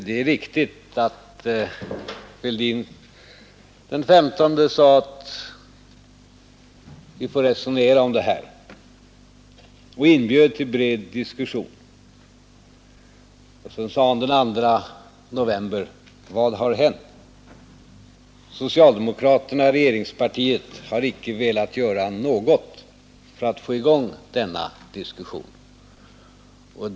Det är riktigt att herr Fälldin den 15 sade, att vi får resonera om det här och inbjöd till en bred diskussion. Den 2 november sade han: Vad har hänt — socialdemokraterna och regeringen har icke velat göra något för att få i gång denna diskussion!